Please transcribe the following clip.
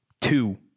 two